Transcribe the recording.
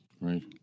Right